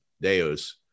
Deus